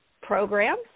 programs